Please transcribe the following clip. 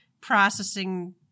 processing